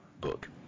book